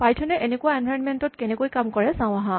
Python এ এনেকুৱা এনভাইৰনমেন্টত কেনেকে কাম কৰিব চাওঁ আহা